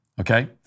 Okay